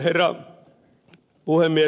herra puhemies